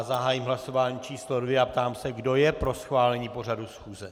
Zahájím hlasování číslo 2 a ptám se, kdo je pro schválení pořadu schůze.